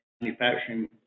manufacturing